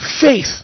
Faith